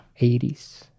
80s